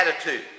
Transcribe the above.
attitude